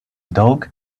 dog